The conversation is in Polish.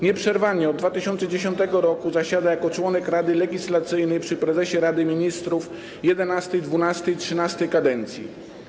Nieprzerwanie od 2010 r. zasiada jako członek Rady Legislacyjnej przy prezesie Rady Ministrów w XI, XII i XIII kadencji.